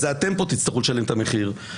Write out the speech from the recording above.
אתם פה תצטרכו לשלם את המחיר.